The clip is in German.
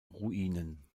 ruinen